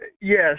yes